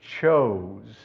chose